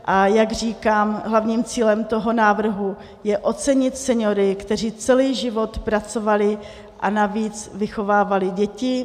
A jak říkám, hlavním cílem návrhu je ocenit seniory, kteří celý život pracovali a navíc vychovávali děti.